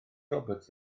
roberts